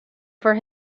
for